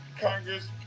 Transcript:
Congress